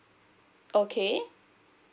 okay